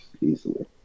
easily